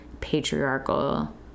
patriarchal